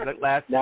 Last